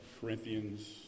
Corinthians